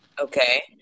Okay